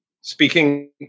speaking